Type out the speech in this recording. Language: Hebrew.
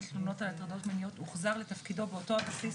תלונות על הטרדות מיניות הוחזר לתפקידו באותו בסיס,